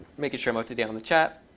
making sure i'm up to date on the chat.